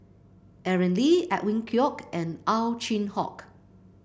Aaron Lee Edwin Koek and Ow Chin Hock